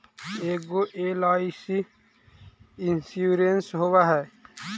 ऐगो LIC insurance होव है?